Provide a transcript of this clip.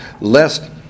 lest